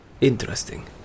interesting